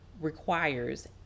requires